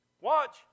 Watch